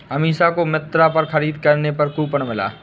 अमीषा को मिंत्रा पर खरीदारी करने पर कूपन मिला